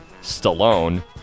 Stallone